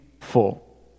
full